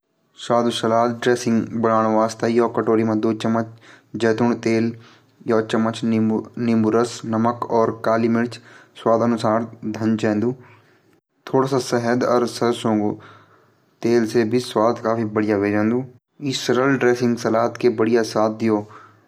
सलाद dressing बनाण मा एक कटोरा मां जैतून तेल सिरका सरसों तेल चीनी लूण मिलाण फिर सलाद काटा आपस मा मिले द्या ग्रीन सलाद पास्ता सलाद जू भी पःसद चा ल्थे बणे द्या।